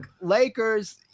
Lakers